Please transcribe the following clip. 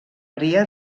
ria